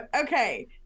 Okay